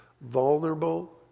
vulnerable